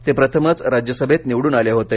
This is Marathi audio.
ते प्रथमच राज्यसभेत निवडून आले होते